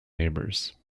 neighbours